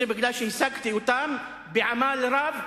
זה משום שהשגתי אותם בעמל רב,